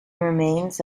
remains